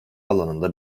alanında